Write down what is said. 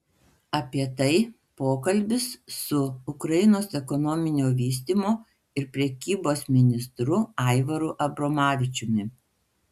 apie tai pokalbis su ukrainos ekonominio vystymo ir prekybos ministru aivaru abromavičiumi